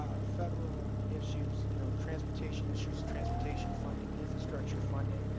ah federal issues, you know transportation issues, transportation, funding, infrastructure funding,